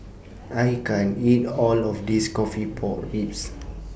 I can't eat All of This Coffee Pork Ribs